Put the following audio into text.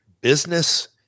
business